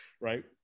right